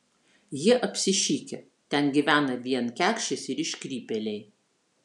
jie apsišikę ten gyvena vien kekšės ir iškrypėliai